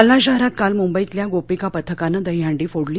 जालना शहरात काल मुंबईतल्या गोपिका पथकानं दहीहंडी फोडली